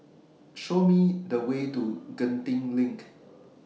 Nothing Beats having Papadum in The Summer